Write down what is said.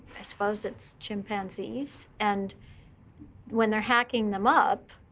i suppose it's chimpanzees? and when they're hacking them up,